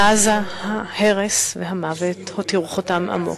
בעזה ההרס והמוות הותירו חותם עמוק,